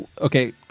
Okay